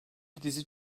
dizi